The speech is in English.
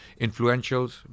influentials